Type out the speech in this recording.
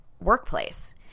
workplace